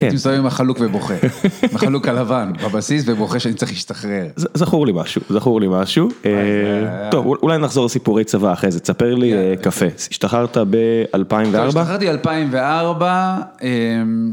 אתה מסתובב עם החלוק ובוכה, עם החלוק הלבן בבסיס ובוכה שאני צריך להשתחרר. זכור לי משהו, זכור לי משהו. טוב, אולי נחזור לסיפורי צבא אחרי זה. תספר לי קפה, השתחררת ב-2004? השתחררתי ב-2004.